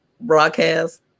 broadcast